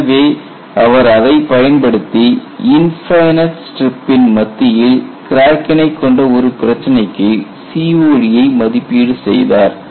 எனவே அவர் அதைப் பயன்படுத்தி இன்ஃபைனட் ஸ்ட்ரிப்பின் மத்தியில் கிராக்கினை கொண்ட ஒரு பிரச்சினைக்கு COD ஐ மதிப்பீடு செய்தார்